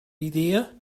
idea